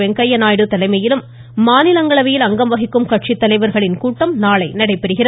வெங்கய்யநாயுடு தலைமையிலும் மாநிலங்களவையில் அங்கம் வகிக்கும் கட்சி தலைவர்களின் கூட்டமும் நாளை நடைபெறுகிறது